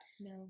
No